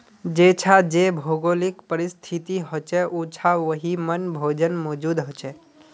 जेछां जे भौगोलिक परिस्तिथि होछे उछां वहिमन भोजन मौजूद होचे